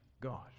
God